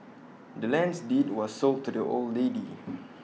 the land's deed was sold to the old lady